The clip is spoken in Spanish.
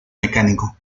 mecánico